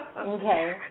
Okay